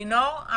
לינור.